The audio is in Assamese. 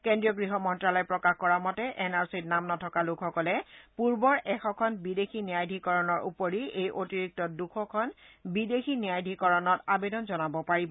কেন্দ্ৰীয় গৃহ মন্তালয়ে প্ৰকাশ কৰা মতে এন আৰ চিত নাম নথকা লোকসকলে পূৰ্বৰ এশখন বিদেশী ন্যায়াধিকৰণৰ উপৰি এই অতিৰিক্ত দুশখন বিদেশী ন্যায়াধিকৰণত আবেদন জনাব পাৰিব